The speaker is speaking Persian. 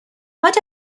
حاج